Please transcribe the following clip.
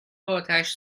آتش